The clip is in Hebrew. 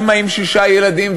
אימא עם שישה ילדים,